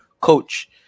coach